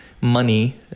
money